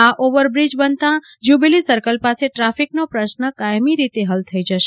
આ ઓવરબ્રિજ બનતાં Jubilee Circle પાસે ટ્રાફિકનો પ્રશ્ન કાયમી રીતે હલ થઇ જશે